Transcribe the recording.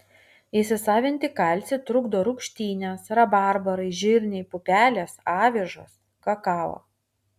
įsisavinti kalcį trukdo rūgštynės rabarbarai žirniai pupelės avižos kakao